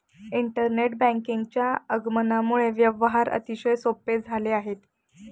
internet बँकिंगच्या आगमनामुळे व्यवहार अतिशय सोपे झाले आहेत